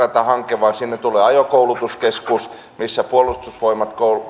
vaan sinne tulee ajokoulutuskeskus missä puolustusvoimat